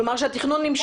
כלומר שהתכנון נמשך.